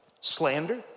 slander